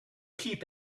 keep